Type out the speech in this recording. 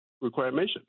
requirement